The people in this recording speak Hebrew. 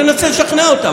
תנסה לשכנע אותם.